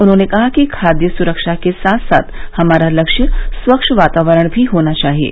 उन्होंने कहा कि खादय सुरक्षा के साथ साथ हमारा लक्ष्य स्वच्छ वातावरण भी होना चाहिये